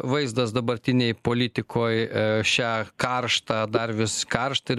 vaizdas dabartinėj politikoj šią karštą dar vis karštą ir